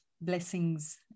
blessings